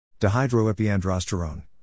Dehydroepiandrosterone